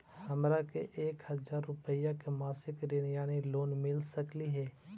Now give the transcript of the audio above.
हमरा के एक हजार रुपया के मासिक ऋण यानी लोन मिल सकली हे?